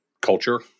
culture